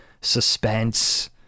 suspense